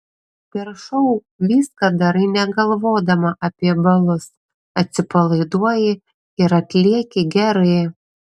per šou viską darai negalvodama apie balus atsipalaiduoji ir atlieki gerai